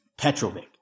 Petrovic